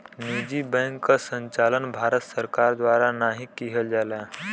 निजी बैंक क संचालन भारत सरकार द्वारा नाहीं किहल जाला